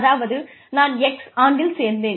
அதாவது நான் x ஆண்டில் சேர்ந்தேன்